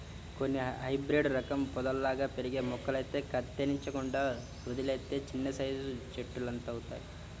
కొన్ని హైబ్రేడు రకం పొదల్లాగా పెరిగే మొక్కలైతే కత్తిరించకుండా వదిలేత్తే చిన్నసైజు చెట్టులంతవుతయ్